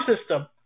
system